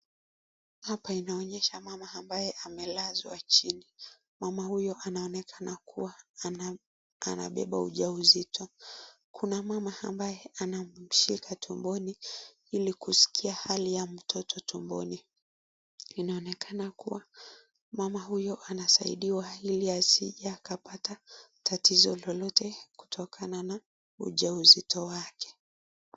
Hapa inaonyesha mama ambaye amelazwa chini. Mama huyo anaonekana kuwa anabeba ujauzito. Kuna mama ambaye anamshika tumboni ili kuskia hali ya mtoto tumboni. Inaonekana kuwa mama huyo anasaidiwa ili asije akapata tatizo lolote kutokana na ujauzito wake.